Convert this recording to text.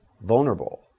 vulnerable